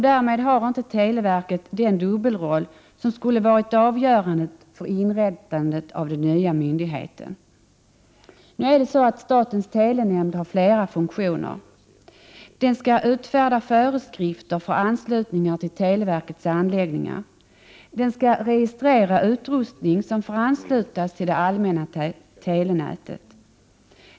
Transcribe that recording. Därmed har televerket inte den dubbelroll som skulle ha varit avgörande för inrättandet av den nya myndigheten. Nu har emellertid statens telenämnd flera funktioner. Den skall utfärda föreskrifter för anslutning till televerkets anläggningar. Den skall registrera utrustning som får anslutas till det allmänna telenätet.